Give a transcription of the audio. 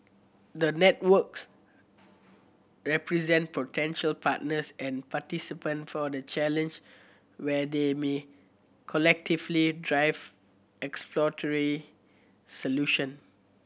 the networks represent potential partners and participant for the Challenge where they may collectively drive exploratory solution